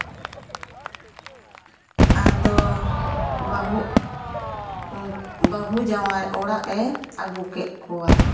ᱟᱫᱚ ᱵᱟᱦᱩᱜ ᱵᱟᱦᱩ ᱡᱟᱶᱟᱭ ᱚᱲᱟᱜᱼᱮ ᱟᱹᱜᱩ ᱠᱮᱫ ᱠᱚᱣᱟᱭ